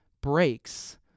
breaks